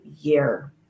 year